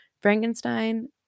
Frankenstein